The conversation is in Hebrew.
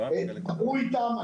דברו איתם.